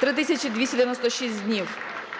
296 днів.